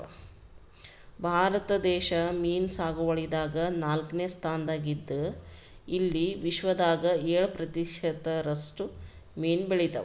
ಭಾರತ ದೇಶ್ ಮೀನ್ ಸಾಗುವಳಿದಾಗ್ ನಾಲ್ಕನೇ ಸ್ತಾನ್ದಾಗ್ ಇದ್ದ್ ಇಲ್ಲಿ ವಿಶ್ವದಾಗ್ ಏಳ್ ಪ್ರತಿಷತ್ ರಷ್ಟು ಮೀನ್ ಬೆಳಿತಾವ್